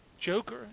joker